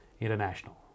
International